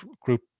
group